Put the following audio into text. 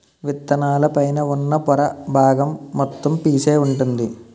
విత్తనాల పైన ఉన్న పొర బాగం మొత్తం పీసే వుంటుంది